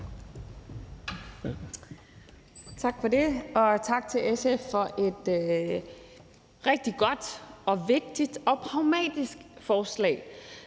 Tak for det, og tak til SF for et rigtig godt og vigtigt og pragmatisk forslag.